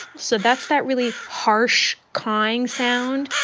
so that's that really harsh cawing sound